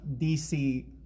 DC